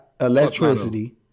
electricity